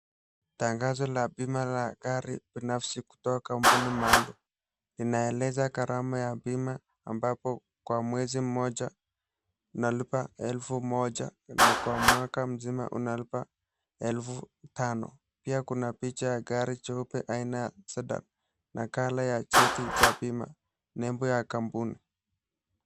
Tangazo la bima la gari binafsi kutoka kampuni maalum, linaeleza garama ya bima ambapo kwa mwezi mmoja unalipa 1000 ana kwa mwaka mzima unalipa 5000. Pia kuna picha ya gari jeupe aina ya Sedan na color ya cheti cha bima. Nembo ya kampuni.